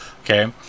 okay